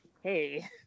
hey